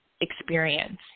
experience